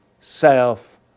self